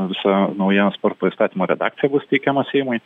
visa nauja sporto įstatymo redakcija bus teikiama seimui